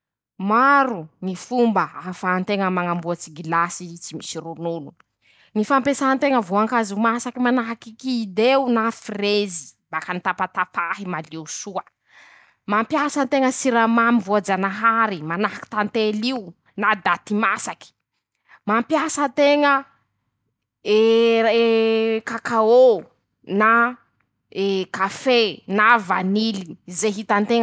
Maro ñy fomba ahafahan-teña mañamboatsy gilasy i tsy misy ronono: -ñy fampiasan-teña ñy voan-kazo masaky fanahaky kid'eo na frezy baky nitampatampahy malio soa ;mampiasa teña siramamy voajanahary manahaky tantely io. na daty masaky ;<ptoa>mampiasa teña e ee ee kakaô na e kafé na vanily. ze hitanteña.